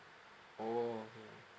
oh okay